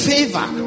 Favor